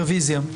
רוויזיה.